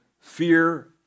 fear